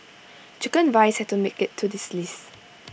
Chicken Rice had to make IT to this list